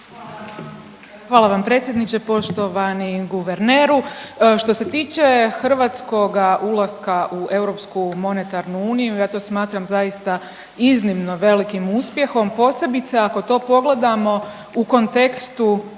Hvala vam predsjedniče. Poštovani guverneru, što se tiče hrvatskoga ulaska u Europsku monetarnu uniju ja to smatram zaista iznimno velikim uspjehom posebice ako to pogledamo u kontekstu